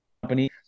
company